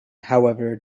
however